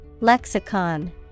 Lexicon